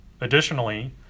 Additionally